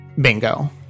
bingo